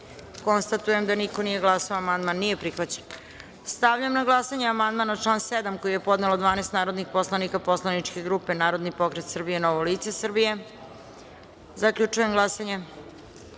konstatujem da niko nije glasao. Amandman nije prihvaćen. Stavljam na glasanje amandman na član 3. koji je podnelo 12 narodnih poslanika poslaničke grupe Narodni pokret Srbije – Novo lice Srbije. Molim vas